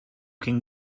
can